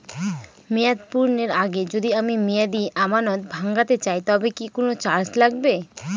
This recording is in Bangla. মেয়াদ পূর্ণের আগে যদি আমি মেয়াদি আমানত ভাঙাতে চাই তবে কি কোন চার্জ লাগবে?